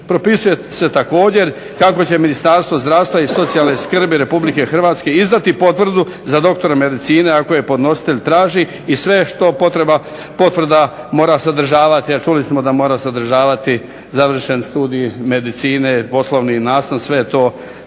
Propisuje se također kako će Ministarstvo zdravstva i socijalne skrbi RH izdati potvrdu za dr. medicine ako je podnositelj traži i sve što potvrda mora sadržavati. A čuli smo da mora sadržavati završen studij medicine, poslovni nastan sve je